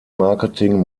marketing